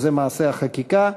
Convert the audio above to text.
וזה מעשה החקיקה.